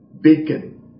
bacon